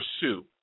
pursue